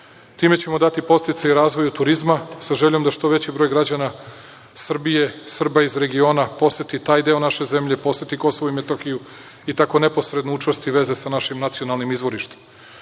Time ćemo dati podsticaj razvoju turizma, sa željom da što veći broj građana Srbije, Srba iz regiona, poseti taj deo naše zemlje, poseti Kosovo i Metohiju i tako neposredno učvrsti veze sa našim nacionalnim izvorištem.U